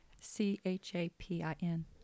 C-H-A-P-I-N